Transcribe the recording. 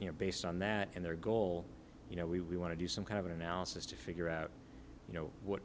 you know based on that and their goal you know we want to do some kind of analysis to figure out you know what